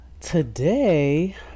today